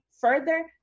further